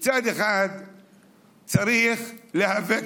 מצד אחד צריך להיאבק בגזענות,